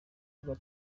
rwa